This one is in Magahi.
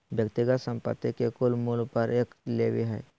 व्यक्तिगत संपत्ति के कुल मूल्य पर एक लेवी हइ